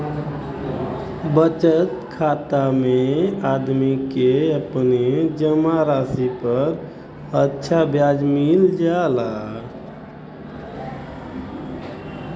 बचत खाता में आदमी के अपने जमा राशि पर अच्छा ब्याज मिल जाला